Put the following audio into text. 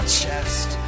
chest